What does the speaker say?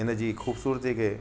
इनजी खूबसूरती खे